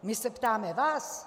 My se ptáme vás!